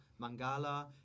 Mangala